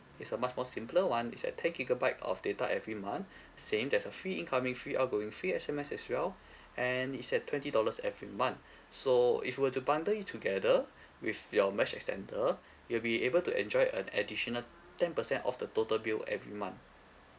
is a much more simpler [one] is at ten gigabyte of data every month same there's a free incoming free outgoing free S_M_S as well and is at twenty dollars every month so if you were to bundle it together with your mesh extender you'll be able to enjoy an additional ten percent off the total bill every month